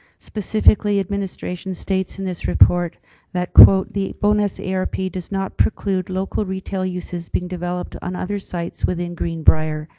specifically administration states in this report that the onus amount rp does not previewed local retail uses being developed on other sites within green briar.